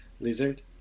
lizard